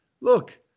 Look